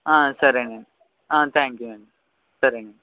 సరేనండి thank you అండి సరేనండి